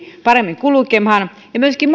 paremmin kulkemaan ja myöskin